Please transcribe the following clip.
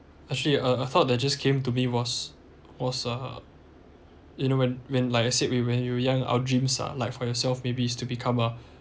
actually uh a thought that just came to me was was uh you know when when like I said when when we were young our dreams are like for yourself maybe is to become a